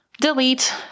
Delete